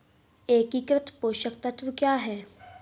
एकीकृत पोषक तत्व क्या है?